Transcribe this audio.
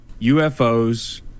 UFOs